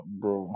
bro